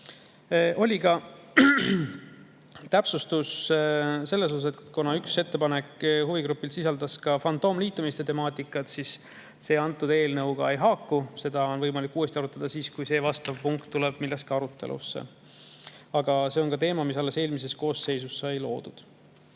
Oli ka täpsustus selle kohta, et üks ettepanek huvigrupilt sisaldas fantoomliitumiste temaatikat, aga see antud eelnõuga ei haaku. Seda on võimalik uuesti arutada siis, kui vastav punkt tuleb millalgi arutelusse. Aga see on [regulatsioon], mis alles eelmises koosseisus sai [loodud].